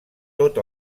tot